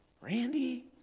Randy